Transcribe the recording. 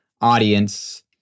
audience